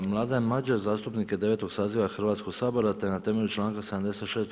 Mladen Madjer zastupnik je 9. saziva Hrvatskog sabora te na temelju članka 76.